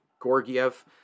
Gorgiev